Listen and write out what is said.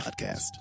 podcast